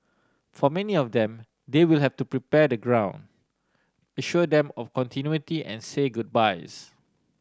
for many of them they will have to prepare the ground assure them of continuity and say goodbyes